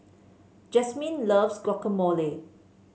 Jasmyne loves Guacamole